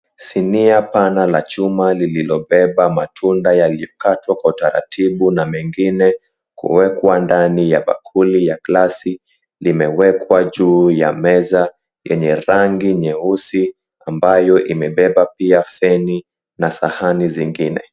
Sinia pana la chuma lililobeba matunda yaliyokatwa kwa utaratibu na mengine kuekwa ndani ya bakuli ya glasi limewekwa juu ya meza yenye rangi nyeusi, ambayo imebeba pia feni na sahani zingine.